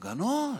הפגנות.